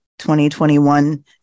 2021